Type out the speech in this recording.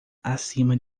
acima